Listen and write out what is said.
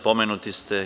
Pomenuti ste.